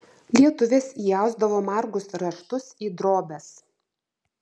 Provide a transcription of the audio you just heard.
lietuvės įausdavo margus raštus į drobes